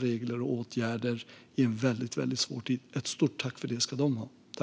reglerna och åtgärderna i en svår tid. Ett stort tack ska de ha.